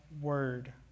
word